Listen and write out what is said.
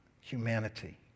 humanity